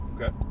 Okay